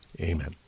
Amen